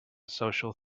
social